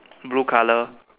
blue color